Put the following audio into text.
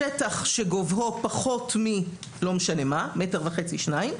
השטח שגובהו פחות - לא משנה מה ממטר וחצי- שנתיים,